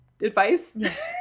advice